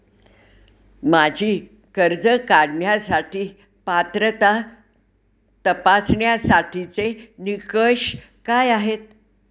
माझी कर्ज काढण्यासाठी पात्रता तपासण्यासाठीचे निकष काय आहेत?